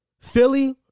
Philly